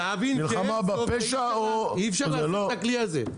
מלחמה בפשע או -- אי אפשר להפעיל את הכלי הזה,